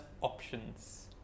options